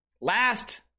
Last